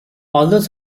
although